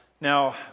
Now